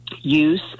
use